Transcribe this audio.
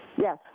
Yes